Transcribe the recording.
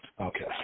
Okay